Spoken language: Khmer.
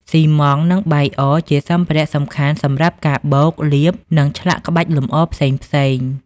ស៊ីម៉ង់ត៍ និងបាយអរ ជាសម្ភារៈសំខាន់សម្រាប់ការបូក លាប និងឆ្លាក់ក្បាច់លម្អផ្សេងៗ។